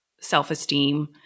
self-esteem